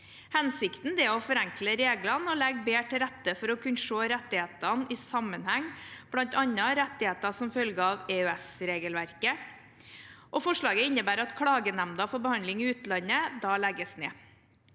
Hensikten er å forenkle reglene og legge bedre til rette for å kunne se rettighetene i sammenheng, bl.a. rettigheter som følger av EØS-regelverket. Forslaget innebærer at klagenemnda for behandling i utlandet legges ned.